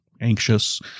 anxious